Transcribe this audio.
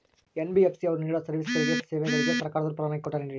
NBFC ಅವರು ನೇಡೋ ಸೇವೆಗಳಿಗೆ ಸರ್ಕಾರದವರು ಪರವಾನಗಿ ಕೊಟ್ಟಾರೇನ್ರಿ?